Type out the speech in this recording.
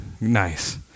nice